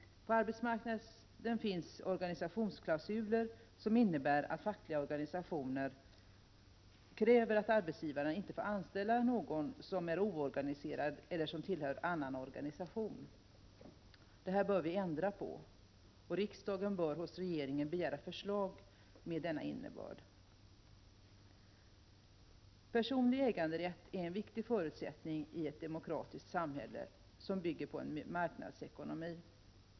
På arbetsmarknaden finns organisationsklausuler som innebär att fackliga organisationer kräver att arbetsgivarna inte får anställa någon som är oorganiserad eller tillhör annan organisation. Detta bör vi ändra på. Riksdagen bör hos regeringen begära förslag med denna innebörd. Personlig äganderätt är en viktig förutsättning i ett demokratiskt samhälle som bygger på en marknadsekonomi.